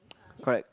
correct